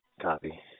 Copy